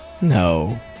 No